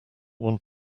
want